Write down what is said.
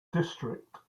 district